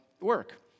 work